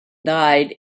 died